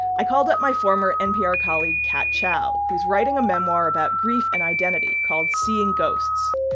i called up my former npr colleague kat chow who's writing a memoir about grief and identity called seeing ghosts.